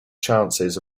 chances